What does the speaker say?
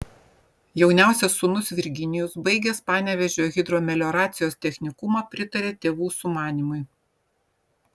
jauniausias sūnus virginijus baigęs panevėžio hidromelioracijos technikumą pritarė tėvų sumanymui